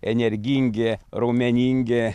energingi raumeningi